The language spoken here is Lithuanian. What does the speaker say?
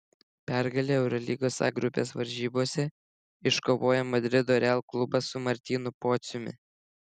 pergalę eurolygos a grupės varžybose iškovojo madrido real klubas su martynu pociumi